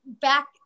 Back